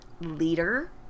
leader